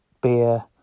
beer